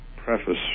preface